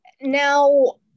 Now